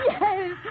Yes